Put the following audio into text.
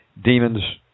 demons